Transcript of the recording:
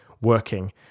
working